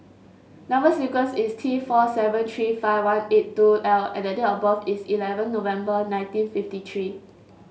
number sequence is T four seven three five one eight two L and the date of birth is eleven November nineteen fifty three